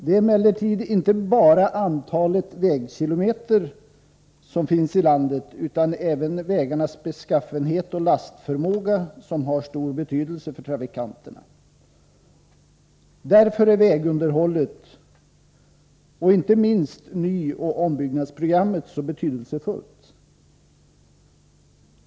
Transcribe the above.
Det är emellertid inte bara antalet vägkilometer som finns i landet utan även vägarnas beskaffenhet och lastförmåga som har stor betydelse för trafikanterna. Därför är vägunderhållet, och inte minst nyoch ombyggnadsprogrammet, mycket betydelsefullt.